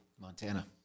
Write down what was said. Montana